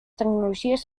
tecnologies